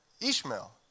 Ishmael